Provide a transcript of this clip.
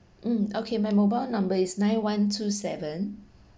mm okay my mobile number is nine one two seven